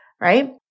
right